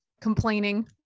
complaining